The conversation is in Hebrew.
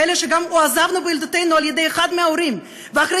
שגם נעזבנו בילדותנו על-ידי אחד מההורים ואחרי